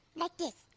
like this.